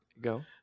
Go